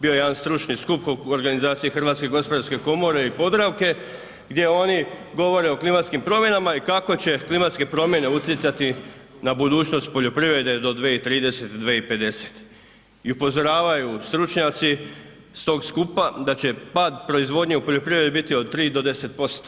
Bio je jedan stručni skup u organizaciji Hrvatske gospodarske komore i Podravke gdje oni govore o klimatskim promjenama i kako će klimatske promjene utjecati na budućnost poljoprivrede do 2030., 2050. i upozoravaju stručnjaci s tog skupa da će pad proizvodnje u poljoprivredi biti od 3 do 10%